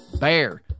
BEAR